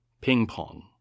Ping-pong